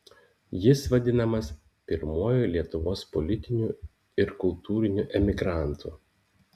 jis vadinamas pirmuoju lietuvos politiniu ir kultūriniu emigrantu